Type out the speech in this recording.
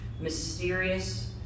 mysterious